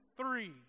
three